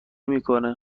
میکنه